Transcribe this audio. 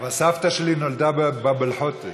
אבל סבתא שלי נולדה בבאב אל-חוטה.